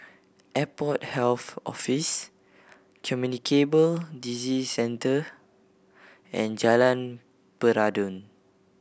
Airport Health Office Communicable Disease Centre and Jalan Peradun